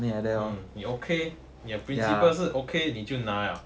mm 你 okay 你 principles 是 okay 你就那 liao